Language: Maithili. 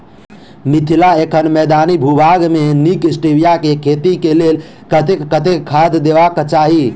मिथिला एखन मैदानी भूभाग मे नीक स्टीबिया केँ खेती केँ लेल कतेक कतेक खाद देबाक चाहि?